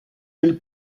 nel